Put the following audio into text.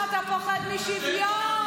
אור השמש.